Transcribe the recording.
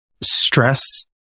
stress